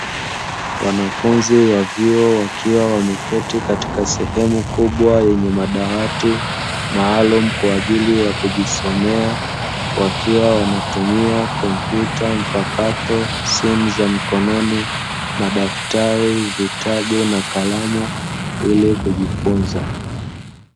Wanafunzi wa vyuo wakiwa wameketi katika sehemu kubwa yenye madawati maalumu kwa ajili ya kujisomea, Wakiwa wanatumia kompyuta mpakato, simu za mkononi, madaftari, vitabu na kalamu ili kujifunza.